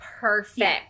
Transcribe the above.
perfect